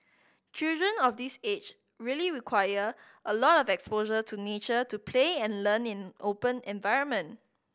children of this age really require a lot of exposure to nature to play and learn in open environment